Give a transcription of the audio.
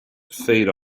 feed